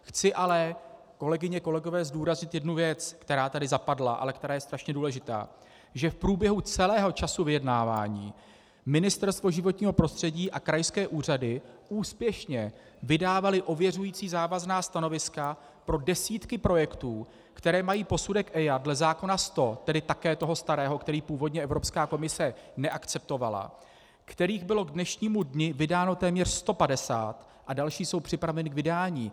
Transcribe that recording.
Chci ale, kolegyně, kolegové, zdůraznit jednu věc, která tady zapadla, ale která je strašně důležitá, že v průběhu celého času vyjednávání Ministerstvo životního prostředí a krajské úřady úspěšně vydávaly ověřující závazná stanoviska pro desítky projektů, které mají posudek EIA dle zákona č. 100, tedy také toho starého, který původně Evropská komise neakceptovala, kterých bylo k dnešnímu dni vydáno téměř 150, a další jsou připravena k vydání.